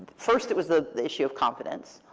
first, it was the issue of confidence,